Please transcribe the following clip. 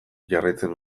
jarraitzen